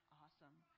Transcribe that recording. awesome